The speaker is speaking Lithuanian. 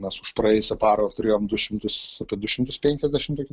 mes užpraėjusią parą turėjom du šimtus apie du šimtus penkiasdešim tokių